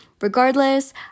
regardless